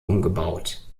umgebaut